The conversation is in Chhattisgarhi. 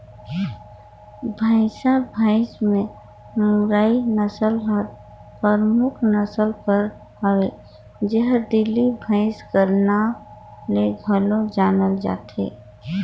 भंइसा भंइस में मुर्रा नसल हर परमुख नसल कर हवे जेहर दिल्ली भंइस कर नांव ले घलो जानल जाथे